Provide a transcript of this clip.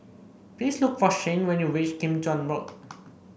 please look for Shayne when you reach Kim Chuan Road